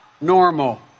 normal